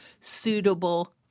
suitable